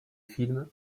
film